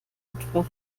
etwa